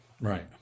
right